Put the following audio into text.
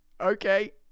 Okay